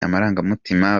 amarangamutima